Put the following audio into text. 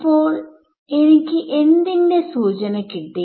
ഇപ്പോൾ എനിക്ക് എന്തിന്റെ സൂചന കിട്ടി